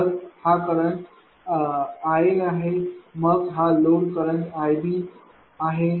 तर हा करंट iAआहे मग हा लोड करंट iBआहे